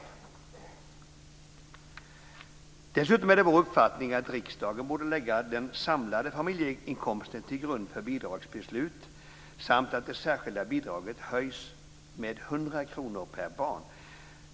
Dessutom är det vår uppfattning att riksdagen borde lägga den samlade familjeinkomsten till grund för bidragsbeslut samt höja det särskilda bidraget med 100 kr per barn.